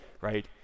right